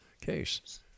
case